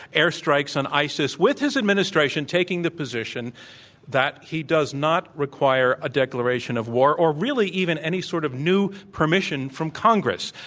air strikes on isis, with his administration taking the position that he does not require a declaration of war, or really, even any sort of new permission from congress.